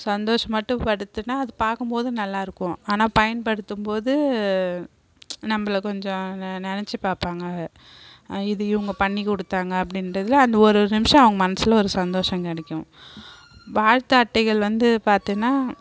சந்தோஷம் மட்டும் படுத்தினா அது பார்க்கம்போது நல்லாயிருக்கும் ஆனால் பயன்படுத்தும் போது நம்மள கொஞ்சம் நினைச்சி பார்ப்பாங்க இது இவங்க பண்ணி கொடுத்தாங்க அப்படின்றதுல அந்த ஒரு நிமிஷம் அவங்க மனசில் ஒரு சந்தோஷம் கிடைக்கும் வாழ்த்து அட்டைகள் வந்து பார்த்தீன்னா